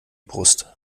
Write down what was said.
brust